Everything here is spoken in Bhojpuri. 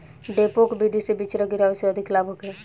डेपोक विधि से बिचरा गिरावे से अधिक लाभ होखे?